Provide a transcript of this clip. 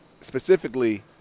specifically